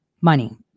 money